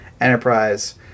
Enterprise